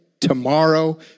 tomorrow